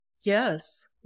Yes